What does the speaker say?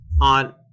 on